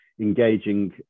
engaging